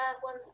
one